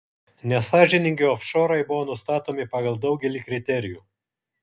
nesąžiningi ofšorai buvo nustatomi pagal daugelį kriterijų